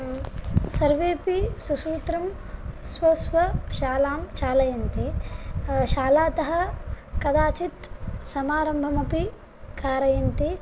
सर्वेपि सुसूत्रं स्व स्व शालां चालयन्ति शालातः कदाचित् समारम्भमपि कारयन्ति